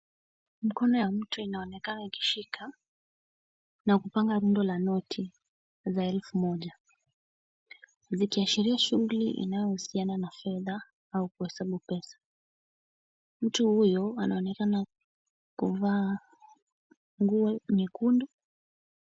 Mkono ya mtu inaonekana ikishika na kupanga rundo la noti za elfu moja zikiashiria shughuli inayohusiana na fedha au kuhesabu pesa. Mtu huyu anaonekana kuvaa nguo nyekundu.